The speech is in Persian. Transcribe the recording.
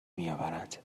میآورند